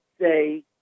say